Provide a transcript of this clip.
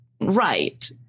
right